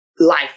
Life